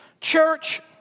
Church